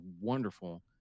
wonderful